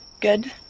good